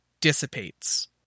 dissipates